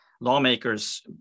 lawmakers